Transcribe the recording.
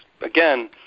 Again